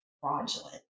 fraudulent